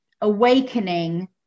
awakening